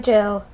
Jill